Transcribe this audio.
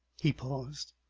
he paused.